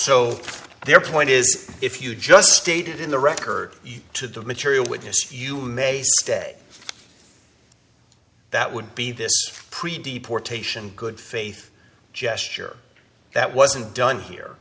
so their point is if you just stated in the record to the material witness you may day that would be this pretty deep or taishan good faith gesture that wasn't done here